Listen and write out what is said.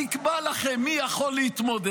אני אקבע לכם מי יכול להתמודד,